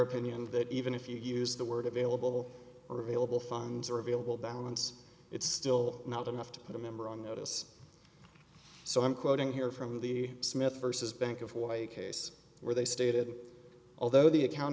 opinion that even if you use the word available or available funds are available balance it's still not enough to put a member on notice so i'm quoting here from the smith versus bank of why a case where they stated although the account